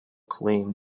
claim